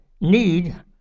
need